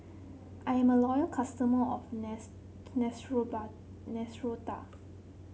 I am a loyal customer of Neostrata